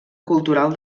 cultural